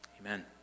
Amen